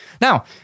Now